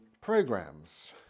programs